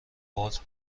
باز